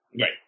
Right